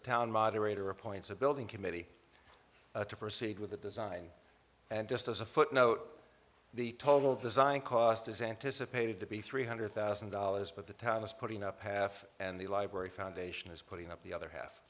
town moderator appoints a building committee to proceed with the design and just as a footnote the total design cost is anticipated to be three hundred thousand dollars but the town is putting up half and the library foundation is putting up the other half